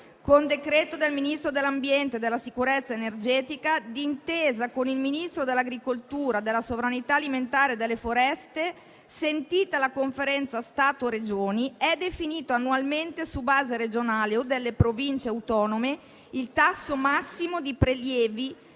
con decreto del Ministro dell'ambiente e della sicurezza energetica, d'intesa con il Ministro dell'agricoltura, della sovranità alimentare e delle foreste, sentita la Conferenza Stato-Regioni, è definito annualmente, su base regionale o delle province autonome, il tasso massimo di prelievi